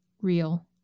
Real